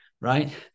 Right